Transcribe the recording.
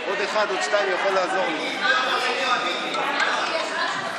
כפי שנמסרה על ידי יושב ראש הקואליציה וגם על ידי השר פרץ,